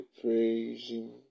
praising